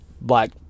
black